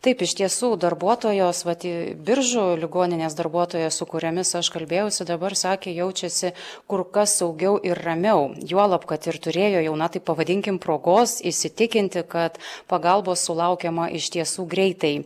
taip iš tiesų darbuotojos vat biržų ligoninės darbuotojos su kuriomis aš kalbėjausi dabar sakė jaučiasi kur kas saugiau ir ramiau juolab kad ir turėjo jau na taip pavadinkim progos įsitikinti kad pagalbos sulaukiama iš tiesų greitai